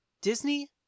Disney